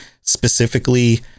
specifically